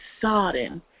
sodden